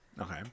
Okay